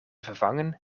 vervangen